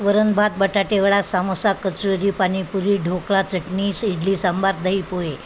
वरण भात बटाटे वडा सामोसा कचोरी पाणीपुरी ढोकळा चटणी इडली सांबार दही पोहे